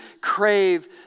crave